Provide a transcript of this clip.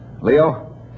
Leo